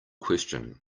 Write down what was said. question